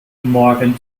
morgen